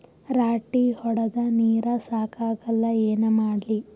ರಾಟಿ ಹೊಡದ ನೀರ ಸಾಕಾಗಲ್ಲ ಏನ ಮಾಡ್ಲಿ?